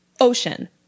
Ocean